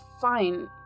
fine